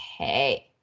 Okay